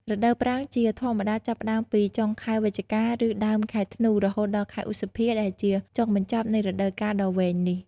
រដូវប្រាំងជាធម្មតាចាប់ផ្ដើមពីចុងខែវិច្ឆិកា ឬដើមខែធ្នូ រហូតដល់ខែឧសភាដែលជាចុងបញ្ចប់នៃរដូវកាលដ៏វែងនេះ។